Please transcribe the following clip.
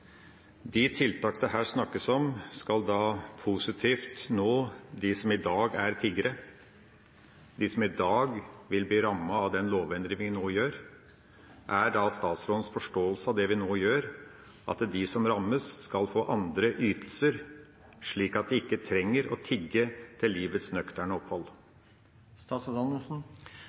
de tiltak det her snakkes om, skal da positivt nå dem som i dag er tiggere, dem som i dag blir rammet av den lovendringa vi nå gjør. Mitt spørsmål er: Er da statsrådens forståelse av det vi nå gjør, at de som rammes, skal få andre ytelser, slik at de ikke trenger å tigge til livets nøkterne opphold?